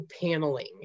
paneling